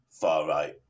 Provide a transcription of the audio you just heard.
far-right